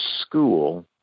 school